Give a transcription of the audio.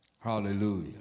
Hallelujah